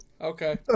Okay